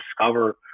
discover